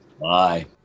Bye